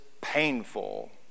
painful